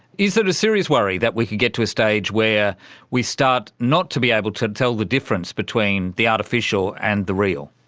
is it a serious worry that we could get to a stage where we start not to be able to tell the difference between the artificial and the real?